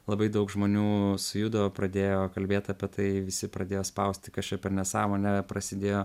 labai daug žmonių sujudo pradėjo kalbėt apie tai visi pradėjo spausti kas čia per nesąmonė prasidėjo